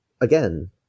again